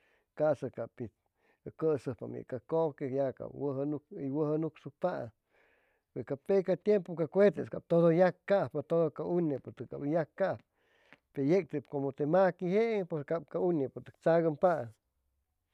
Caasa ca pit cʉsʉjpaam ye ca kʉque ya cap wʉdʉyaam hʉy wʉjʉ nucsucpaam pe ca peca tiempu ca cuete cap todo hʉy yacajpa todo ca unepʉtʉgay cap hʉy yacajpa pe yec tep como te maqui jeen pos cap ca uñepo tzagʉmpaam